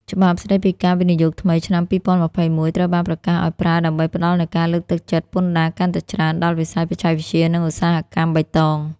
ច្បាប់ស្ដីពីការវិនិយោគថ្មីឆ្នាំ ២០២១ ត្រូវបានប្រកាសឱ្យប្រើដើម្បីផ្ដល់នូវការលើកទឹកចិត្តពន្ធដារកាន់តែច្រើនដល់វិស័យបច្ចេកវិទ្យា និងឧស្សាហកម្មបៃតង។